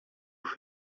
who